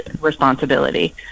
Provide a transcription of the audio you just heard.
responsibility